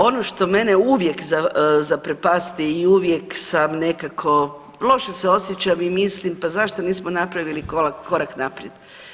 Ono što mene uvijek zaprepasti i uvijek sam nekako, loše se osjećam i mislim pa zašto nismo napravili korak naprijed.